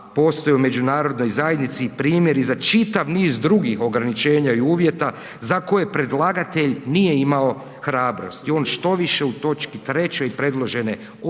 postoji u međunarodnoj zajednici i primjeri za čitav niz drugih ograničenja i uvjeta za koje predlagatelj nije imao hrabrosti. On štoviše u točki trećoj predložene odluke